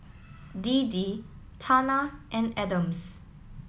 Deedee Tana and Adams